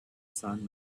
sun